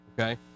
okay